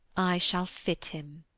i shall fit him.